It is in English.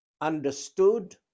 understood